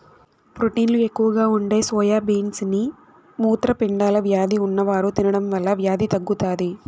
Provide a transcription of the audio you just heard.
ప్రోటీన్లు ఎక్కువగా ఉండే సోయా బీన్స్ ని మూత్రపిండాల వ్యాధి ఉన్నవారు తినడం వల్ల వ్యాధి తగ్గుతాది